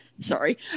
sorry